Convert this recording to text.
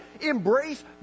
embrace